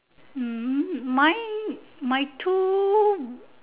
hmm mine my two